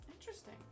interesting